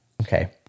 Okay